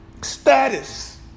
status